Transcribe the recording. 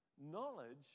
Knowledge